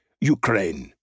Ukraine